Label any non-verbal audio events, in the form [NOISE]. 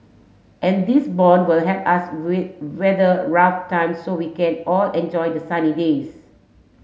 and these bond will help us [UNINTELLIGIBLE] weather rough times so we can all enjoy the sunny days